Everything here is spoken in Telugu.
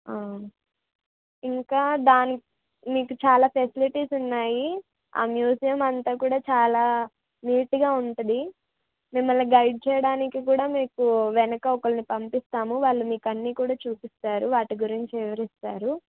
ఆ ఇంకా దాన్ మీకు చాలా ఫెసిలిటీస్ ఉన్నాయి ఆ మ్యూజియం అంతా కూడా చాలా నీట్గా ఉంటుంది మిమ్మల్ని గైడ్ చేయడానికి కూడా మీకు వెనుక ఒకరిని పంపిస్తాము వాళ్ళు మీకు అన్ని కూడా చూపిస్తారు మీకు వాటి గురించి వివరిస్తారు